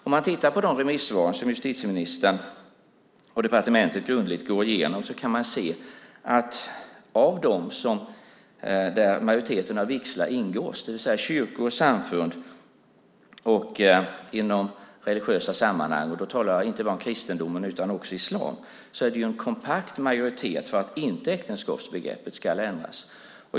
Om man tittar på de remissvar som justitieministern och departementet grundligt går igenom kan man se att där majoriteten av vigslar förrättas, det vill säga kyrkor och samfund och i religiösa sammanhang - och då talar jag inte bara om kristendomen utan också om islam - finns det en kompakt majoritet för att äktenskapsbegreppet inte ska ändras.